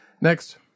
next